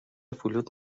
فلوت